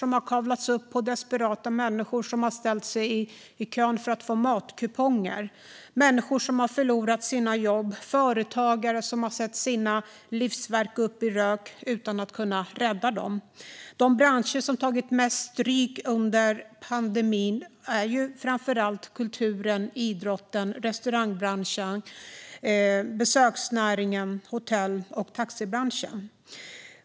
Vi har sett bilder på desperata människor som har ställt sig i kö för att få matkuponger. Människor har förlorat sina jobb, och företagare har fått se sina livsverk gå upp i rök utan att kunna rädda dem. De branscher som har tagit mest stryk under pandemin är framför allt kulturen, idrotten, restaurangbranschen, besöksnäringen, hotellbranschen och taxibranschen.